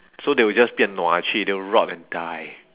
so they will just 变 nua actually they'll rot and die